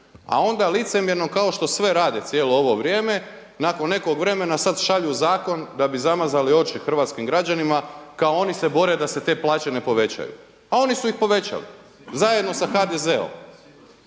a onda licemjerno kao što sve rade cijelo ovo vrijeme, nakon nekog vremena sada šalju zakon da bi zamazali oči hrvatskim građanima kao oni se bore da se te plaće ne povećaju. A oni su ih povećali zajedno sa HDZ-om.